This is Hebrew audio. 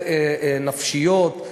נפשיות,